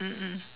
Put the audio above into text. mm mm